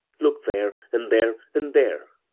look there, and there, and there,